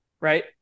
right